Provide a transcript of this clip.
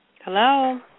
Hello